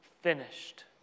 finished